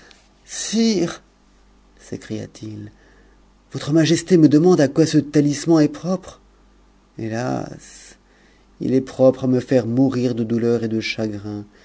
sécria t it votre majesté me demande à quoi ce tatis man est propre hélas il est propre à me faire mourir de douleur et de chagrin